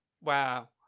Wow